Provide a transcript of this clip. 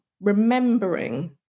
Remembering